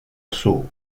sul